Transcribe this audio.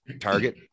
target